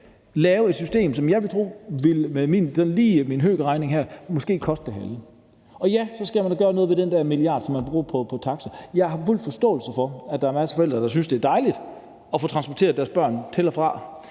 lave et system, som jeg vil tro, hvis jeg lige bruger min høkerregning, måske vil koste det halve. Ja, så skal man da gøre noget ved den der milliard, som man bruger på taxakørsel. Jeg har fuld forståelse for, at der er en masse forældre, der synes, at det er dejligt at få transporteret deres børn til og fra